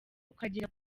ukagera